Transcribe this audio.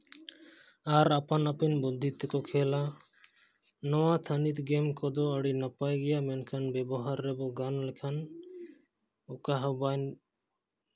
ᱟᱨ ᱟᱯᱟᱱ ᱟᱹᱯᱤᱱ ᱵᱩᱫᱽᱫᱷᱤ ᱛᱮᱠᱚ ᱠᱷᱮᱞᱟ ᱱᱚᱣᱟ ᱛᱷᱟᱹᱱᱤᱛ ᱜᱮᱢ ᱠᱚᱫᱚ ᱟᱹᱰᱤ ᱱᱟᱯᱟᱭ ᱜᱮᱭᱟ ᱢᱮᱱᱠᱷᱟᱱ ᱵᱮᱵᱚᱦᱟᱨ ᱨᱮᱵᱚᱱ ᱜᱟᱱ ᱞᱮᱠᱷᱟᱱ ᱚᱠᱟᱦᱚᱸ ᱵᱟᱝ